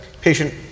patient